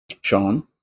Sean